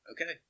Okay